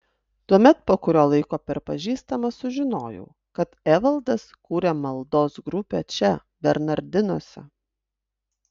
tuomet po kurio laiko per pažįstamą sužinojau kad evaldas kuria maldos grupę čia bernardinuose